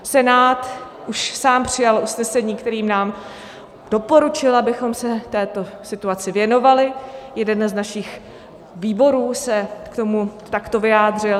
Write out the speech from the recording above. Senát už sám přijal usnesení, kterým nám doporučil, abychom se této situaci věnovali, jeden z našich výborů se k tomu takto vyjádřil.